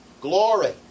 glory